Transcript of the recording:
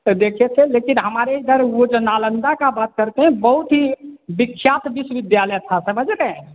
तो देखे थे लेकिन हमारे इधर वह जो नालंदा का बात करते हैं बहुत ही विख्यात विश्वविद्यालय था समझ रहे हैं